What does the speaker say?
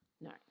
No